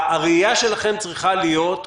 הראייה שלכם צריכה להיות,